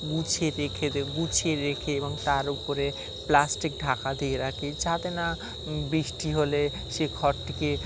গুছিয়ে রেখে দে গুছিয়ে রেখে এবং তার উপরে প্লাস্টিক ঢাকা দিয়ে রাখি যাতে না বৃষ্টি হলে সে খড়টিকে